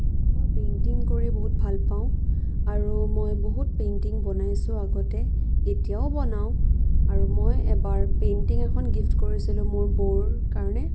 মই পেইন্টিং কৰি বহুত ভালপাওঁ আৰু মই বহুত পেইন্টিং বনাইছোঁ আগতে এতিয়াও বনাওঁ আৰু মই এবাৰ পেইন্টিং এখন গিফ্ট কৰিছিলোঁ মোৰ বৌৰ কাৰণে